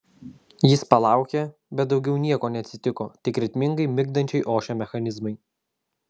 jis palaukė bet daugiau nieko neatsitiko tik ritmingai migdančiai ošė mechanizmai